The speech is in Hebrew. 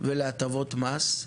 ולהטבות מס,